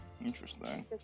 Interesting